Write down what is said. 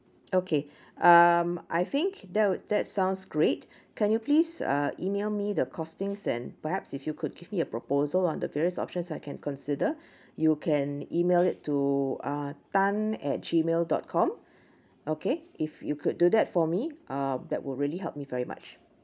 okay um I think that will that sounds great can you please uh email me the costings and perhaps if you could give me a proposal on the various options I can consider you can email it to ah tan at gmail dot com okay if you could do that for me uh that will really help me very much